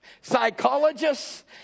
psychologists